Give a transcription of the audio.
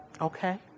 Okay